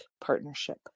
Partnership